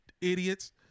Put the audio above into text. idiots